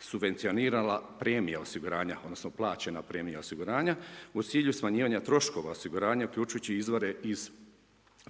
subvencionirala premija osiguranja, odnosno, plaćanja premija osiguranja, u cilju smanjivanja troškova osiguranja, uključujući izvore iz